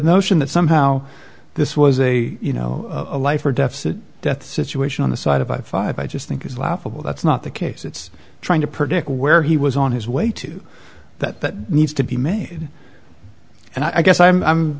notion that somehow this was a you know a life or death death situation on the side of i five i just think it's laughable that's not the case it's trying to predict where he was on his way to that that needs to be made and i guess i'm